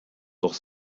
doch